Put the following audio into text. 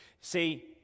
See